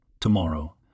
tomorrow